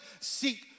seek